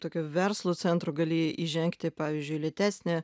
tokio verslo centro gali įžengti pavyzdžiui į lėtesnę